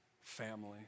family